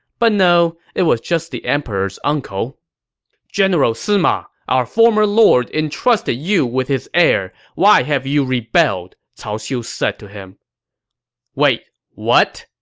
but no, it was just the emperor's uncle general sima, our former lord entrusted you with his heir. why have you rebelled? cao xiu said to him wait what?